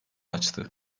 açtı